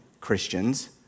Christians